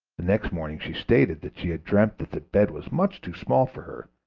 the next morning she stated that she had dreamt that the bed was much too small for her,